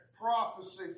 prophecy